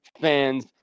fans